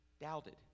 doubted